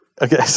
Okay